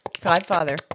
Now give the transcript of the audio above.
Godfather